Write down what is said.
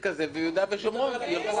וביהודה ושומרון - אחר.